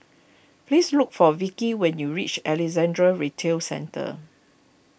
please look for Vikki when you reach Alexandra Retail Centre